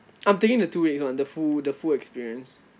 I'm thinking the two weeks [one] the full the full experience